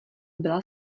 byla